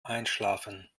einschlafen